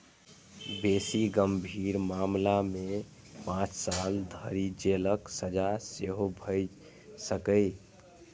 बेसी गंभीर मामला मे पांच साल धरि जेलक सजा सेहो भए सकैए